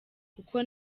kuko